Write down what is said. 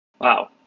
Wow